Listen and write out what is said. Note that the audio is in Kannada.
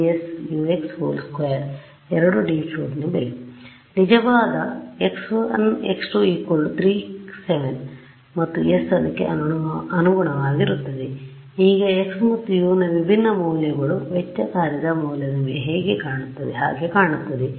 2 D ಪ್ಲೋಟ್ ನ ಬೆಲೆ ನಿಜವಾದ x1 x2 3 7 ಮತ್ತು s ಅದಕ್ಕೆ ಅನುಗುಣವಾಗಿರುತ್ತವೆಈಗ x ಮತ್ತು U ನ ವಿಭಿನ್ನ ಮೌಲ್ಯಗಳು ವೆಚ್ಚ ಕಾರ್ಯದ ಮೌಲ್ಯದ ಹಾಗೆ ಕಾಣುತ್ತದೆ